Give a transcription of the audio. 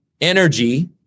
energy